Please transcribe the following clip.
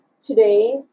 today